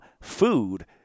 food